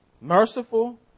merciful